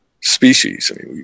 species